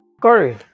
Corey